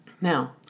Now